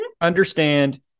Understand